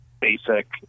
basic